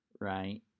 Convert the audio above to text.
right